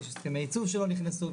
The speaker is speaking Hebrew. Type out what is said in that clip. יש הסכמי ייצוב שלא נכנסו,